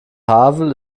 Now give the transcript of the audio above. havel